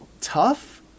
tough